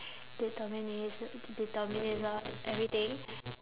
determinis~ determinism everything